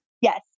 Yes